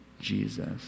Jesus